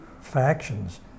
factions